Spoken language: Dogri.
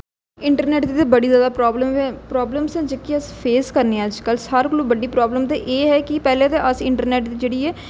इंटरनेट दी ते बडी ज्यादा प्राब्लम प्राब्लम ऐ जेह्की अस फेस करने आं अज्जकल सारे कोला बड्डी प्राब्लम ते एह् ऐ कि पैह्लें ते अस इंटरनेट दी जेह्ड़ी ऐ